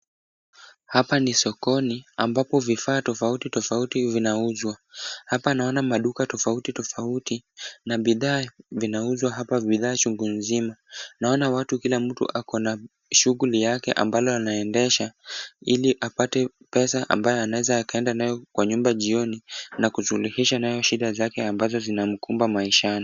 Hapa ni sokoni, ambapo vifaa tofauti tofauti vinauzwa. Hapa naona maduka tofauti tofauti na bidhaa vinauzwa hapa bidhaa chungu nzima. Naona watu kila mtu ako na shughuli yake ambalo anaendesha, ili apate pesa ambayo anaweza akaenda nayo kwa nyumba jioni na kusuluhisha nayo shida zake ambazo zinamkumba maishani.